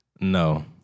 No